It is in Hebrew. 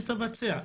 שתבצע.